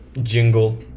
jingle